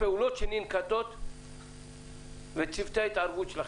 הפעולות שננקטות וצוותי ההתערבות שלכם.